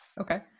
Okay